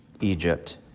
Egypt